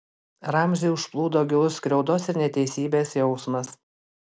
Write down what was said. ramzį užplūdo gilus skriaudos ir neteisybės jausmas